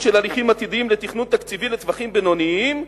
של הליכים עתידיים לתכנון תקציבי לטווחים בינוניים.